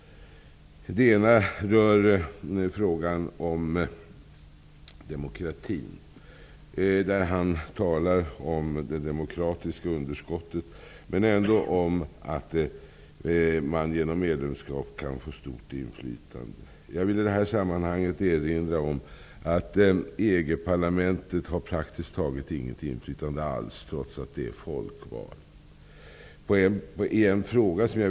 Den ena rör frågan om demokratin. Han talar där om det demokratiska underskottet, men även om att man genom medlemskap kan få stort inflytande. Jag vill i detta sammanhang erinra om att EG parlamentet praktiskt taget inte har något inflytande alls trots att det är folkvalt.